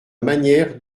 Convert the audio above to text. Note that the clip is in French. manière